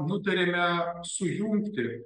nutarėme sujungti